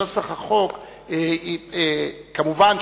כמובן,